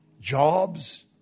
jobs